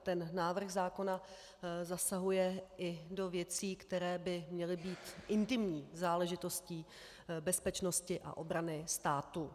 Ten návrh zákona zasahuje i do věcí, které by měly být intimní záležitostí bezpečnosti a obrany státu.